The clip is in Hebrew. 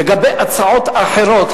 לגבי הצעות אחרות,